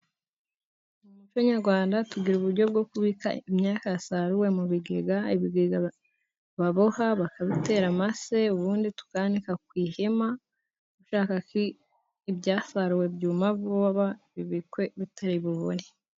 Mu muco nyarwanda tugira uburyo bwo kubika im imyakaka yasaruwe mu bigega, ibigega baboha bakabitera amase ubundi tukanika ku ihema . Niba ushaka ko ibyasaruwe byuma vuba ,bibikwe bitari bubore.